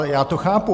Já to chápu.